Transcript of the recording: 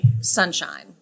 sunshine